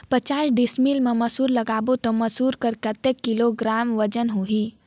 पचास डिसमिल मा मसुर लगाबो ता मसुर कर कतेक किलोग्राम वजन होही?